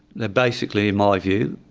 they're basically, in my view,